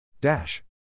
Dash